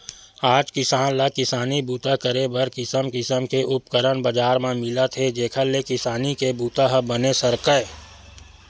आज किसान ल किसानी बूता करे बर किसम किसम के उपकरन बजार म मिलत हे जेखर ले किसानी के बूता ह बने सरकय